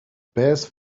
best